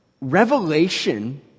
Revelation